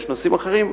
יש נושאים אחרים,